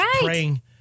praying